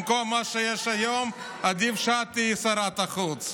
במקום מה שיש היום, עדיף שאת תהיי שרת החוץ.